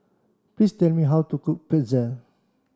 please tell me how to cook Pretzel